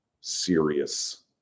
serious